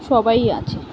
সবাই আছে